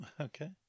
Okay